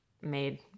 made